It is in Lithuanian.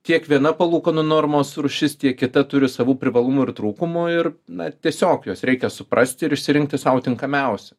tiek viena palūkanų normos rūšis tiek kita turi savų privalumų ir trūkumų ir na tiesiog juos reikia suprasti ir išsirinkti sau tinkamiausią